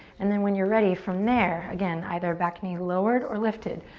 and then when you're ready, from there, again, either back knee lowered or lifted,